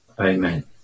Amen